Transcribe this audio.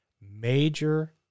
major